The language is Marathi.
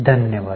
धन्यवाद